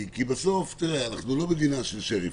אנחנו לא מדינה של שריפים,